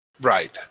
Right